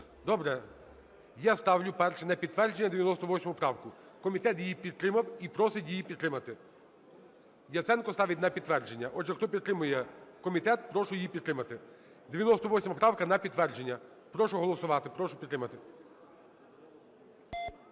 Добре. Я ставлю, перше: на підтвердження 98 правку. Комітет її підтримав і просить її підтримати. Яценко ставить на підтвердження. Отже, хто підтримує комітет, прошу її підтримати. 98 правка – на підтвердження. Прошу голосувати, прошу підтримати.